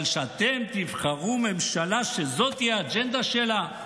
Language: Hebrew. אבל שאתם תבחרו ממשלה שזאת תהיה האג'נדה שלה,